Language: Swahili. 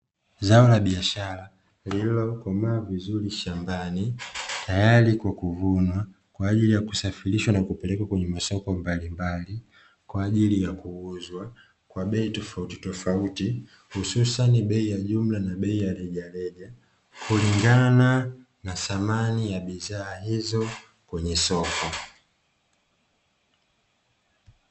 Zao la biashara lililokomaa vizuri shambani tayari kwa kuvunwa kwaajili ya kusafirishwa na kupelekwa kwenye masoko mbalimbali kwaajili ya kuuzwa kwa bei tofauti tofauti, hususani bei ya jumla na bei ya rejareja kulingana na thamani ya bidhaa hizo kwenye soko.